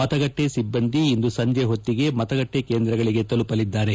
ಮತಗಟ್ಟೆ ಸಿಬ್ಬಂದಿ ಇಂದು ಸಂಜೆ ಹೊತ್ತಿಗೆ ಮತಗಟ್ಟೆ ಕೇಂದ್ರಗಳಿಗೆ ತಲುಪಲಿದ್ದಾರೆ